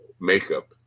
makeup